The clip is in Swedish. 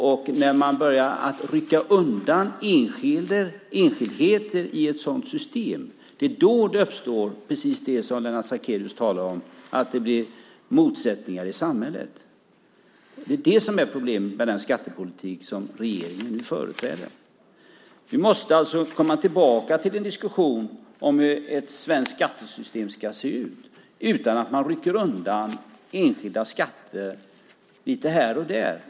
Det är när man börjar rycka undan enskildheter i ett sådant system som precis det som Lennart Sacrédeus talar om uppstår, att det blir motsättningar i samhället. Det är det som är problemet med den skattepolitik som regeringen nu företräder. Vi måste komma tillbaka till en diskussion om hur ett svenskt skattesystem ska se ut utan att man rycker undan enskilda skatter lite här och där.